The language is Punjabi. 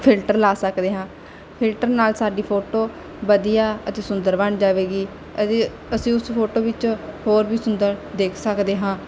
ਫਿਲਟਰ ਲਾ ਸਕਦੇ ਹਾਂ ਫਿਲਟਰ ਨਾਲ ਸਾਡੀ ਫੋਟੋ ਵਧੀਆ ਅਤੇ ਸੁੰਦਰ ਬਣ ਜਾਵੇਗੀ ਅਤੇ ਅਸੀਂ ਉਸ ਫੋਟੋ ਵਿੱਚ ਹੋਰ ਵੀ ਸੁੰਦਰ ਦਿਖ ਸਕਦੇ ਹਾਂ